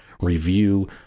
review